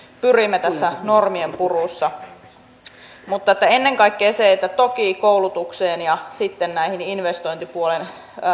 pyrimme tässä normien purussa ennen kaikkea toki koulutukseen ja sitten näihin investointipuolen